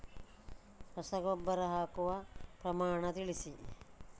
ರಸಗೊಬ್ಬರ ಹಾಕುವ ಪ್ರಮಾಣ ತಿಳಿಸಿ